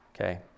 Okay